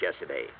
yesterday